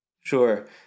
Sure